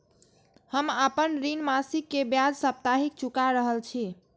हम आपन ऋण मासिक के ब्याज साप्ताहिक चुका रहल छी